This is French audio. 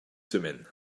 semaine